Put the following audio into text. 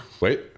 Wait